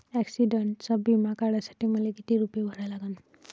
ॲक्सिडंटचा बिमा काढा साठी मले किती रूपे भरा लागन?